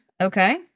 Okay